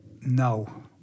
No